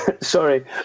Sorry